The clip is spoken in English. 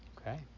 Okay